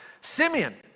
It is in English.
Simeon